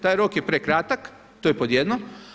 Taj rok je prekratak, to je pod jedno.